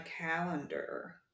calendar